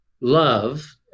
love